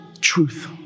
truth